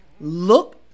Look